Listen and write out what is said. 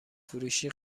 فروشی